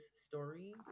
story